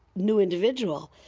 new individual,